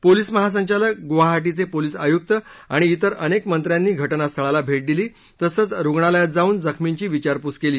police महासंचालक गुवाहाटीचे police आयुक्त आणि व्विर अनेक मंत्र्यांनी घटनास्थळाला भेट दिली तसंच रुग्णालयात जाऊन जखमींची विचारपूस केली